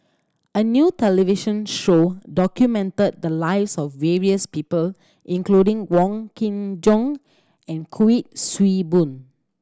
a new television show documented the lives of various people including Wong Kin Jong and Kuik Swee Boon